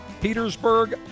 Petersburg